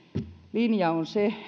linja on se